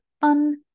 fun